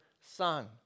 son